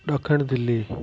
ॾखिण दिल्ली